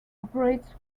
operates